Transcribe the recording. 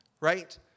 right